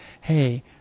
hey